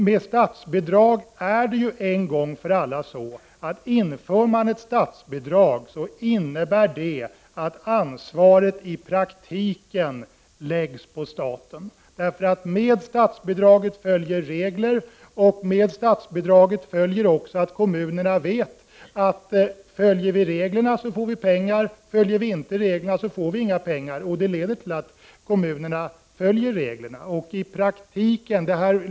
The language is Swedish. Det är ju en gång för alla på det sättet med statsbidrag att om de en gång införs, så läggs ansvaret i praktiken på staten. Med statsbidraget följer regler. Med statsbidraget följer också att kommunerna vet att om de följer reglerna så får de pengar — om de inte följer reglerna så får de inga pengar. Detta resonemang leder till att kommunerna följer reglerna.